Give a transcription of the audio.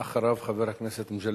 אחריו, חבר הכנסת מגלי